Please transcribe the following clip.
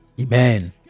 Amen